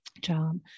job